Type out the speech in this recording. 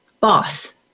boss